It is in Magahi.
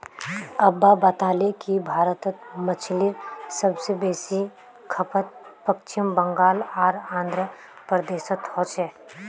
अब्बा बताले कि भारतत मछलीर सब स बेसी खपत पश्चिम बंगाल आर आंध्र प्रदेशोत हो छेक